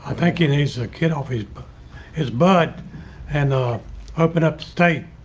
i think it is a kid off his but his butt and ah open up tight.